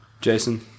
Jason